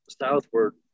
southward